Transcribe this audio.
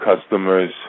customers